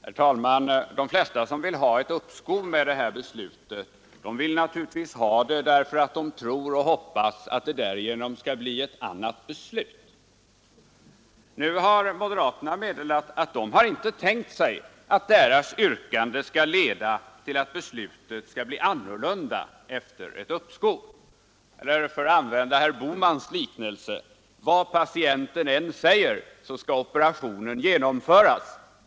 Herr talman! De flesta som vill ha ett uppskov med det här beslutet vill naturligtvis ha det därför att de tror och hoppas att det därigenom skall bli ett annat beslut. Nu har moderaterna meddelat att de inte har tänkt sig att deras yrkande skall leda till att beslutet blir annorlunda efter ett uppskov. För att använda herr Bohmans liknelse: Vad patienten än säger skall operationen genomföras!